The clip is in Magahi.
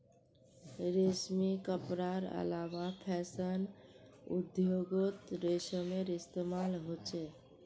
रेशमी कपडार अलावा फैशन उद्द्योगोत रेशमेर इस्तेमाल होचे